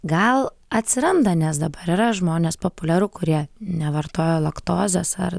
gal atsiranda nes dabar yra žmonės populiaru kurie nevartoja laktozės ar